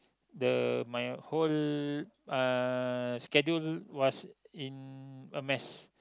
the my whole uh schedule was in a mess